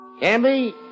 Canby